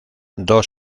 dos